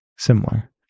Similar